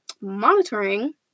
monitoring